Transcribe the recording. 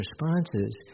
responses